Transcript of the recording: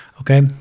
Okay